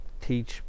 teach